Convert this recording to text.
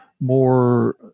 more